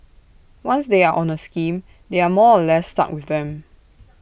once they are on A scheme they are more or less stuck with them